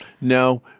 No